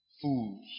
fools